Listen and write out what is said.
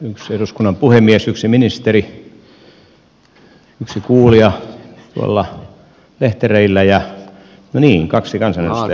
yksi eduskunnan puhemies yksi ministeri yksi kuulija tuolla lehtereillä ja no niin kaksi kansanedustajaa